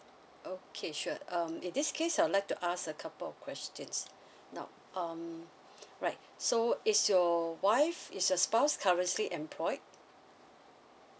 okay sure um in this case I would like to ask a couple of questions now um alright so is your wife is your spouse currently employed